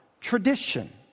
tradition